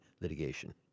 litigation